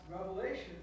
revelation